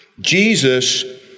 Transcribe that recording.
Jesus